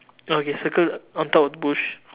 okay circle on top of the bush